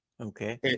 Okay